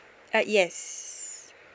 uh yes